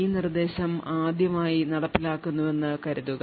ഈ നിർദ്ദേശം ആദ്യമായി നടപ്പിലാക്കുന്നുവെന്ന് കരുതുക